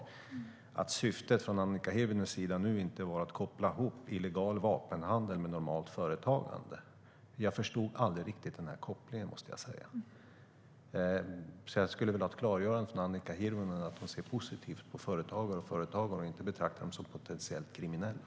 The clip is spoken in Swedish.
Jag hoppas att Annika Hirvonens syfte inte var att koppla ihop illegal vapenhandel med normalt företagande. Jag förstod inte kopplingen, så jag skulle vilja att Annika Hirvonen klargör att hon ser positivt på företagare och företagande och inte betraktar dem som potentiellt kriminella.